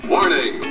Warning